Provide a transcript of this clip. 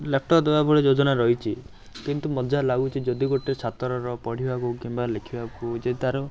laptop ଦେବା ଭଳି ଯୋଜନା ରହିଛି କିନ୍ତୁ ମୋତେ ଯାହା ଲାଗୁଛି ଯଦି ଗୋଟେ ଛାତ୍ରର ପଢ଼ିବାକୁ କିମ୍ବା ଲେଖିବାକୁ ଯଦି ତା'ର